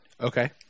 Okay